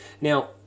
Now